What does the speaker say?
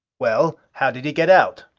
well, how did he get out?